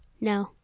No